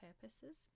purposes